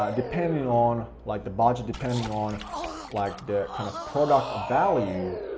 ah depending on like the budget, depending on like the kind of product value,